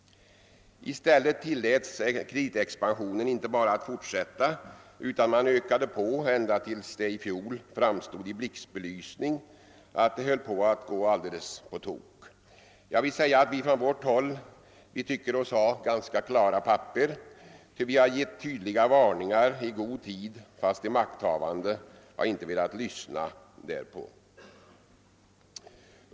I stället tilläts kreditexpansionen inte bara att fortsätta utan man ökade på ända till dess att det i fjol framstod i blixtbelysning, att det höll på att gå alldeles på tok. Vi tycker oss ha ganska klara papper, ty vi har givit tydliga varningar i god tid fastän de makthavande inte har velat lyssna därpå.